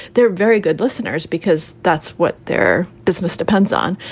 they're very good listeners because that's what their business depends on.